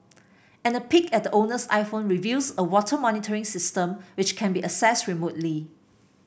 and a peek at the owner's iPhone reveals a water monitoring system which can be accessed remotely